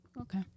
Okay